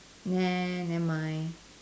nah never mind